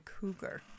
cougar